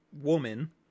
Woman